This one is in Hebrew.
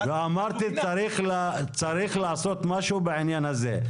ואמרתי צריך לעשות משהו בעניין הזה.